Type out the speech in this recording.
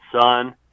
son